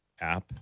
app